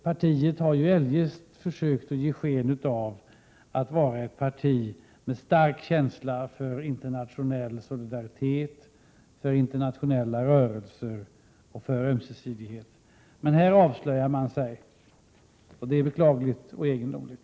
Partiet har ju eljest försökt ge sken av att vara ett parti med stark känsla för internationell solidaritet, för internationella rörelser och för ömsesidighet. Men i detta sammanhang avslöjar sig socialdemokratin, vilket är beklagligt och egendomligt.